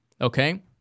Okay